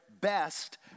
best